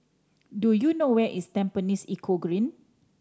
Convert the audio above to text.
do you know where is Tampines Eco Green